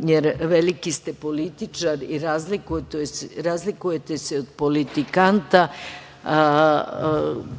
jer veliki ste političar i razlikujete se od politikanta